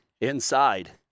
inside